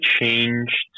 changed